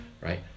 Right